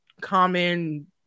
Common